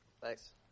thanks